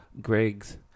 Greg's